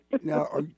now